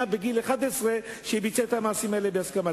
בגיל 11 ביצעה את המעשים האלה בהסכמה?